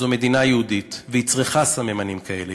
זו מדינה יהודית, והיא צריכה סממנים כאלה.